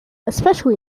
especially